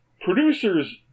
producers